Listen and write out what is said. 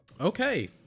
Okay